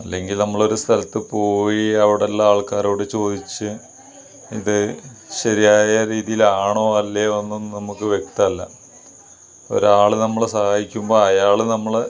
അല്ലെങ്കിൽ നമ്മൾ ഒരു സ്ഥലത്ത് പോയി അവിടെ ഉള്ള ആൾക്കാരോട് ചോദിച്ച് അതിൻ്റെ ശരിയായ രീതിയിലാണോ അല്ലയോ ഒന്നും നമുക്ക് വ്യക്തം അല്ല ഒരാൾ നമ്മളെ സഹായിക്കുമ്പോൾ അയാൾ നമ്മളെ